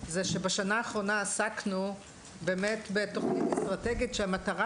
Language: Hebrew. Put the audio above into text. זה שבשנה האחרונה עסקנו באמת בתוכנית אסטרטגית שהמטרה